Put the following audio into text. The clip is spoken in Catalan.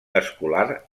escolar